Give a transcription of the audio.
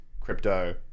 crypto